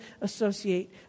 associate